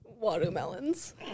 watermelons